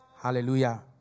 Hallelujah